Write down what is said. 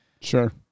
Sure